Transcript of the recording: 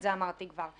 את זה אמרתי כבר.